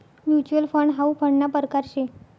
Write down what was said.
mutual fund हाउ फंडना परकार शे